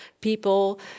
people